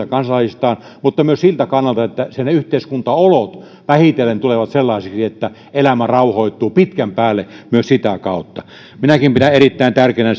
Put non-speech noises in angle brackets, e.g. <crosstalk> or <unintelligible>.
<unintelligible> kansalaisistaan mutta myös siltä kannalta että sen yhteiskuntaolot vähitellen tulevat sellaisiksi että elämä rauhoittuu pitkän päälle myös sitä kautta minäkin pidän erittäin tärkeänä <unintelligible>